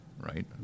right